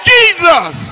Jesus